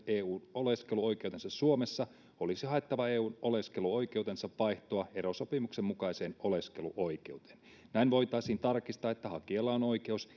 eu oleskeluoikeutensa suomessa olisi haettava eu oleskeluoikeutensa vaihtoa erosopimuksen mukaiseen oleskeluoikeuteen näin voitaisiin tarkistaa että hakijalla on oikeus